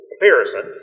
comparison